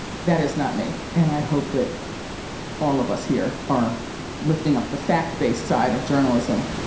that is not me. and i hope that all of us here are lifting up the fact-based side of journalism.